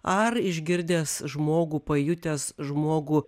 ar išgirdęs žmogų pajutęs žmogų